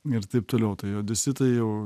ir taip toliau tai odesitai jau